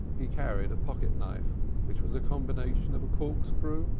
he carried, a pocket-knife which was a combination of a corkscrew,